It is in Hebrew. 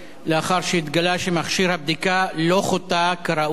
לאחר שהתגלה שמכשיר הבדיקה לא חוטא כראוי